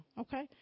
okay